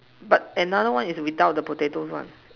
but another one is without the potato one